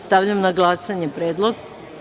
Stavljam na glasanje predlog.